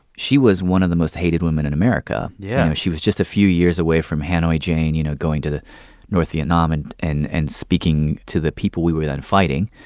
she was one of the most hated women in america yeah she was just a few years away from hanoi jane you know, going to north vietnam and and and speaking to the people we were then fighting.